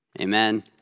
Amen